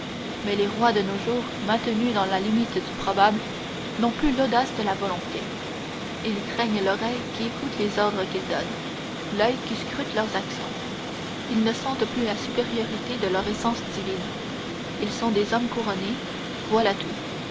mais les rois de nos jours maintenus dans la limite du probable n'ont plus l'audace de la volonté ils craignent l'oreille qui écoute les ordres qu'ils donnent l'oeil qui scrute leurs actions ils ne sentent plus la supériorité de leur essence divine ils sont des hommes couronnés voilà tout